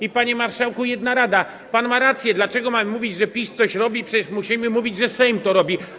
I, panie marszałku, jedna rada: pan ma rację, dlaczego mamy mówić, że PiS coś robi - przecież musimy mówić, ze Sejm to robi.